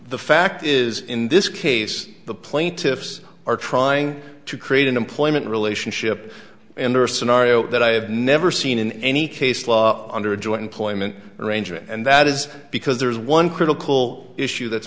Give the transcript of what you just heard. the fact is in this case the plaintiffs are trying to create an employment relationship in their scenario that i have never seen in any case law under a joint employment arrangement and that is because there is one critical issue that's